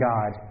God